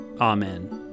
Amen